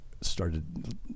started